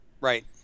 right